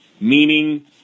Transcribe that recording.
meaning